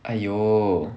!aiyo!